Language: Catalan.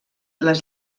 les